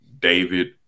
David